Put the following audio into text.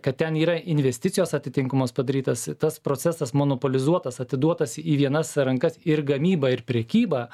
kad ten yra investicijos atitinkamos padarytos tas procesas monopolizuotas atiduotas į vienas rankas ir gamyba ir prekyba